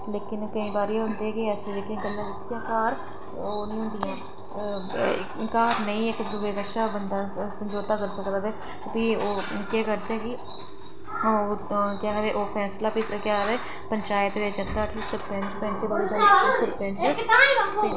लेकिन केईं ऐसे होंदे कि गल्लां जेह्कियां घर ओह् निं होंदियां ओह् जेह्कियां इक्क दूऐ घर नेईं पर इक्क दूि कशा बंदा समझौता करी सकदा भी ओह् केह् आखदे की फैसला बी पंचायत बिच पैंच सरपैंच कश